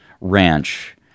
ranch